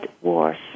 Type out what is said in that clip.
wars